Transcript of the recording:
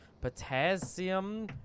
potassium